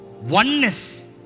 oneness